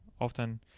often